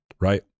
right